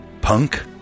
punk